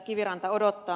kiviranta odottaa